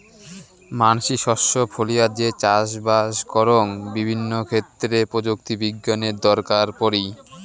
মানসি শস্য ফলিয়ে যে চাষবাস করং বিভিন্ন ক্ষেত্রে প্রযুক্তি বিজ্ঞানের দরকার পড়ি